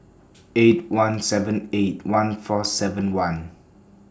eight one seven eight one four seven one